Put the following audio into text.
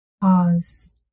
Pause